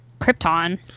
Krypton